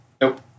Nope